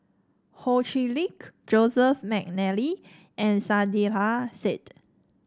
Ho Chee Lick Joseph McNally and Saiedah Said